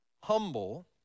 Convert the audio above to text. Humble